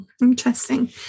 Interesting